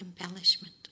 embellishment